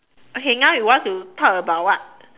okay now you want to talk about what